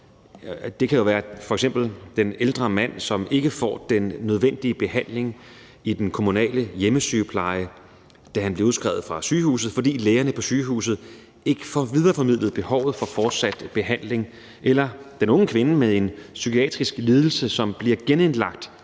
f.eks. være den ældre mand, som ikke får den nødvendige behandling i den kommunale hjemmesygepleje, når han bliver udskrevet fra sygehuset, fordi lægerne på sygehuset ikke får videreformidlet behovet for fortsat behandling. Eller det kan være den unge kvinde med en psykiatrisk lidelse, som bliver genindlagt,